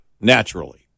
naturally